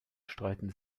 streiten